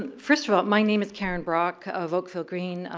and first of all, my name is karen brock of oakville green.